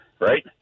right